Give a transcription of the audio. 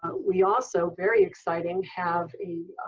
we also, very exciting, have a